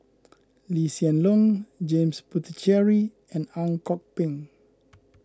Lee Hsien Loong James Puthucheary and Ang Kok Peng